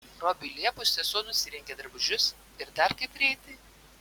robiui liepus sesuo nusirengė drabužius ir dar kaip greitai